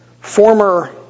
former